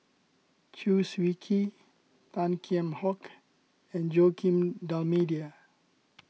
Chew Swee Kee Tan Kheam Hock and Joaquim D'Almeida